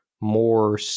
more-